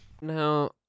Now